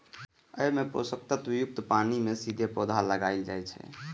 अय मे पोषक तत्व युक्त पानि मे सीधे पौधा उगाएल जाइ छै